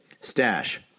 Stash